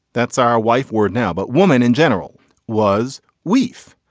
that's our wife word now. but woman in general was we've.